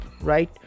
right